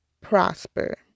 prosper